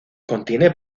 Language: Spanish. contiene